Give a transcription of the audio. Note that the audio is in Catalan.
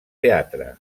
teatre